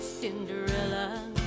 Cinderella